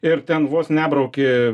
ir ten vos nebrauki